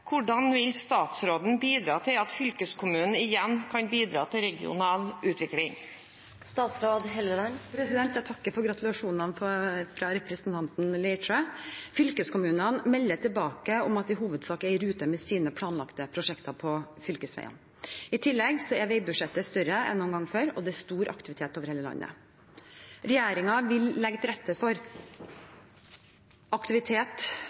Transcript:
Hvordan vil statsråden bidra til at fylkeskommunen igjen kan bidra til regional utvikling?» Jeg takker for gratulasjonen fra representanten Leirtrø. Fylkeskommunene melder tilbake om at de i hovedsak er i rute med sine planlagte prosjekter på fylkesveiene. I tillegg er veibudsjettet større enn noen gang før, og det er stor aktivitet over hele landet. Regjeringen vil legge til rette for aktivitet